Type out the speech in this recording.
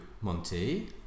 Monty